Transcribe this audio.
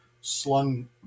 slung